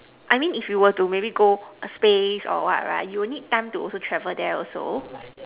I mean if you were to maybe go space or what right you will need time to also travel there also